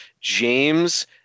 James